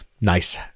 nice